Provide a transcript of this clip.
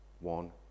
one